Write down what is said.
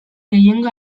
gehiengo